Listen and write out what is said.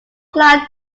cloud